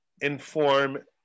inform